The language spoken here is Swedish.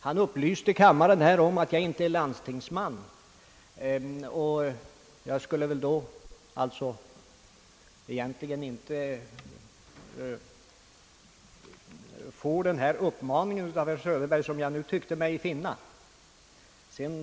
Han upplyste kammarens ledamöter om att jag inte är landstingsman, och med hänsyn till detta skulle jag egentligen inte behöva någon sådan uppmaning från herr Söderberg, som jag tyckte mig utläsa ur hans anförande.